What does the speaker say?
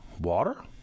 Water